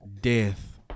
death